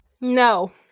No